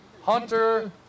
Hunter